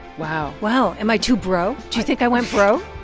wow wow. am i too bro? do you think i went bro?